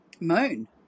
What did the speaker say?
Moon